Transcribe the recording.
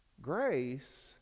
Grace